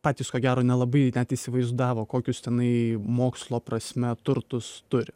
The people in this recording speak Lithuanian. patys ko gero nelabai net įsivaizdavo kokius tenai mokslo prasme turtus turi